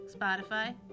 Spotify